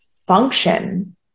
function